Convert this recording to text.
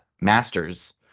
master's